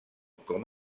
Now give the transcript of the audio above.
com